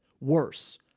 Worse